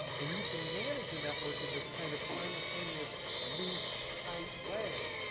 and you can manage a network in this, kind of, simultaneous loose-tight way,